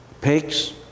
Pigs